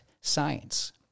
science